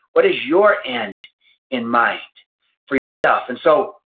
what is your end in mind for yourself? and so,